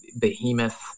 behemoth